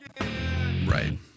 Right